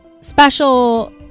special